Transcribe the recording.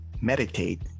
meditate